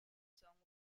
song